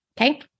Okay